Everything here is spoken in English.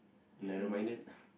narrow minded